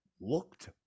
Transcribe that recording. looked